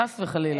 חס וחלילה.